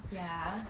ya